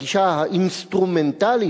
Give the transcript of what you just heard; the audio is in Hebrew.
הגישה האינסטרומנטלית,